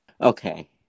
Okay